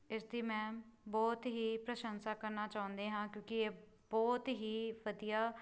ਇਸ ਦੀ ਮੈਂ ਬਹੁਤ ਹੀ ਪ੍ਰਸ਼ੰਸਾ ਕਰਨਾ ਚਾਹੁੰਦੇ ਹਾਂ ਕਿਉਂਕਿ ਇਹ ਬਹੁਤ ਹੀ ਵਧੀਆ